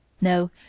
No